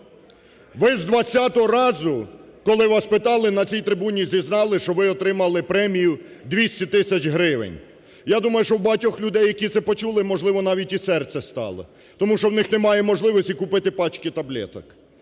Ви з двадцятого разу, коли вас питали, на цій трибуні зізнались, що ви отримали премію 200 тисяч гривень. Я думаю, що в багатьох людей, які це почули, можливо, навіть і серце стало. Тому що у них немає можливості купити пачки таблеток.